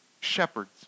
shepherds